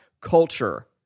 Culture